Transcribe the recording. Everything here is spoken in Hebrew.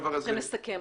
חושב --- נסכם.